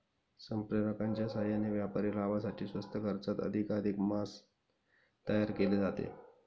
संप्रेरकांच्या साहाय्याने व्यापारी लाभासाठी स्वस्त खर्चात अधिकाधिक मांस तयार केले जाते